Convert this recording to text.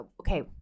Okay